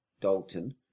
Dalton